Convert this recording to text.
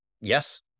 Yes